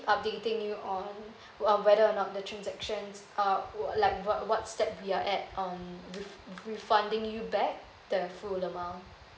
updating you on uh whether or not the transactions are like what what step we're at um ref~ refunding you back the full amount